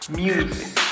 music